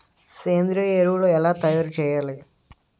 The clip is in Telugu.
సేంద్రీయ ఎరువులు ఎలా తయారు చేయాలి?